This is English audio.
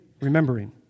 remembering